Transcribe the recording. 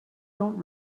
don’t